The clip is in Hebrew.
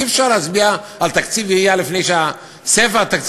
אי-אפשר להצביע על תקציב עירייה לפני שספר התקציב